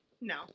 No